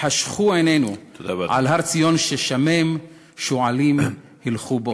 חשכו עינינו, על הר ציון, ששמם, שועלים הלכו בו.